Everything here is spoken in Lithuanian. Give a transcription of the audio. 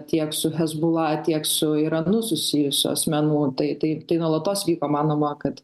tiek su hezbula tiek su iranu susijusių asmenų tai tai tai nuolatos vyk pamanoma kad